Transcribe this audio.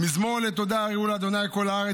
"מזמור לתודה, הריעו לה' כל הארץ.